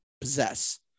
possess